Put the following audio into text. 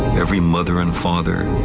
every mother and father,